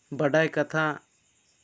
ᱵᱟᱰᱟᱭ ᱠᱟᱛᱷᱟ